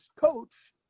coach